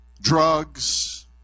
drugs